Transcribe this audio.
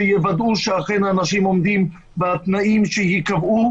שיוודאו שאכן אנשים עומדים בתנאים שייקבעו,